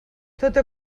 tota